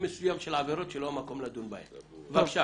בשיחה